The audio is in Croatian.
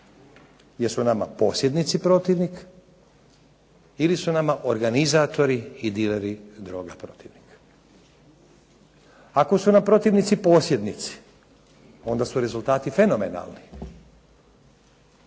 Jesu nama posjednici protivnik ili su nama organizatori i dileri droge protivnik? Ako su nam protivnici posjednici, onda su rezultati fenomenalni.